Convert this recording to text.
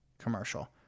commercial